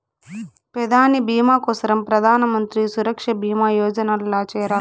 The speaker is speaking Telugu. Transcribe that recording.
పెదాని బీమా కోసరం ప్రధానమంత్రి సురక్ష బీమా యోజనల్ల చేరాల్ల